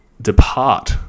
depart